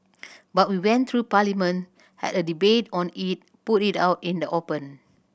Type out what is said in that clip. but we went through Parliament had a debate on it put it out in the open